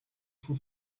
for